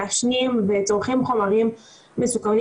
מעשנים וצורכים חומרים מסוכנים